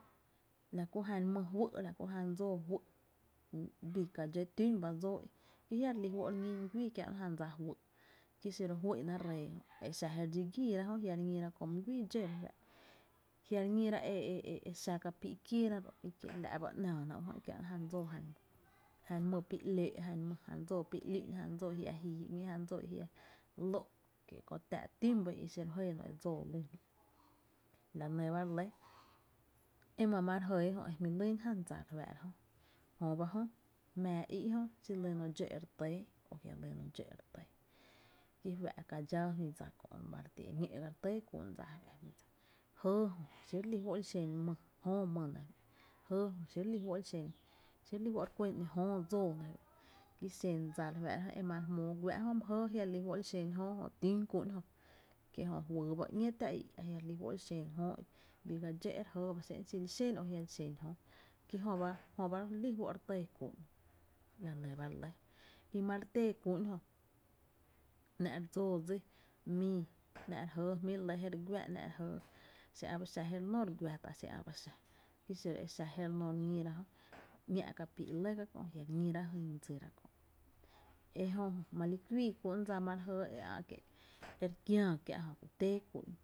La kú jan mý fý’ la ku jan dsoo juý’ bii ga dxó tün ba dsóo i ki jia’ re lí fó’ re ñín my güii kiäno kiä’no jan dsa fýy’ ki xiro juy’na ree a exa je re dxoi gíira jö a jia’ re ñíra köö my güii dxó re fáá’ra, a jia’ re ñíra e xa kapii’ kieera ro’ la’ ba ‘nⱥⱥ na kiä’na jan dsóo jan mý, jan my pi ‘lü’n, ja dsóó pi ‘lü’n jan dsóó i jia’ jii ‘ñee i jia’ ló’ kie’ kö tá’a tün ba i i xiro my jɇno han dsoo i lyn la’, la nɇ ba re lɇ ema’ ma re jɇ jö e jmí’ lyn jan dsa re fáá’ra jö, jmⱥⱥ í’ xi lyno dxó e re tɇɇ o jia’ lyno dxó ere tɇɇ, ki fá’ ka dxáá jyn dsa kö’ e ñó’ ga re tɇɇ k’u’n dsa kö’, jɇɇ jö xi e re li juó’ li xen jöo my nɇ, jɇ jo xi re lí juó’ re kuen ‘no jöö dsoo nɇ ki xen dsa re fáá’ra jö, ki xen dsa i ma re jmóó güaá’ re jua´’ra jö my jɇɇ e jia’ re li fó’ li xen jöö jö tün kú’n jö, ki jö fyy ba ‘ñee taä i jia’ re lí fó’ li xen jöö i ki jö bii ga dxó re jɇɇ ba xé’n xi li xen o jia’ li xen jöö ki jö ba jö re li fó’ re tɇɇ k’un’n la nɇ ba re lɇ, i ma re téé kú’n jö ‘nⱥ’ re dsóó dsí mii, ‘nⱥ’ re jɇɇ jmi’ re lɇ re guá xi ä’ ba xa je re noo re gua tá’ xi ä’ ba xa ki xa jmyy e a xa je re nó re ñíra jö ‘ña´’ kapíí’ lɇ jka kö’ a jia’ re ñira e jyn dsira ejö ma li kuii kú’n dsa ma re jɇɇ e ä’ kie’ e re kiää kiä’ jö ku téé kü’n.